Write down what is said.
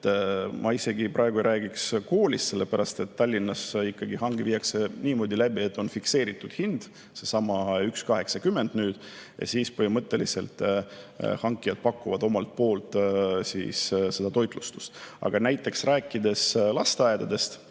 Ma isegi praegu ei räägiks koolist, sellepärast et Tallinnas ikkagi hange viiakse läbi niimoodi, et on fikseeritud hind, seesama 1.80, ja siis hankijad pakuvad omalt poolt seda toitlustust. Aga näiteks rääkides lasteaedadest,